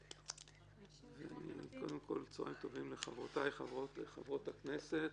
קודם כל, צהריים טובים לחברותיי חברות הכנסת,